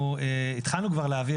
אנחנו התחלנו להעביר,